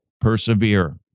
Persevere